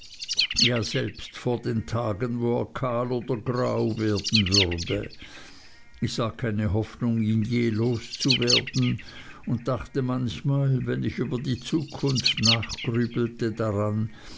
ja selbst vor den tagen wo er kahl oder grau werden würde ich sah keine hoffnung ihn je loszuwerden und dachte manchmal wenn ich über die zukunft nachgrübelte daran